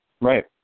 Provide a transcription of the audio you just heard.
Right